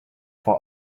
for